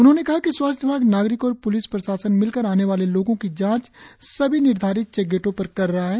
उन्होंने कहा कि स्वास्थ्य विभाग नागरिक और प्लिस प्रशासन मिलकर आने वाले लोगों की जांच सभी निर्धारित चेकगेटों पर कर रहा है